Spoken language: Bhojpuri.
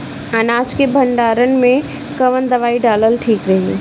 अनाज के भंडारन मैं कवन दवाई डालल ठीक रही?